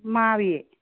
माबे